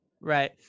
Right